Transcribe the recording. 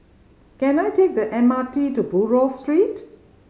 can I take the M R T to Buroh Street